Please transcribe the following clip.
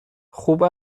خوب